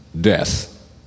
death